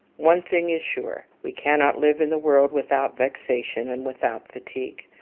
one thing is sure we cannot live in the world without vexation and without fatigue.